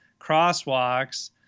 crosswalks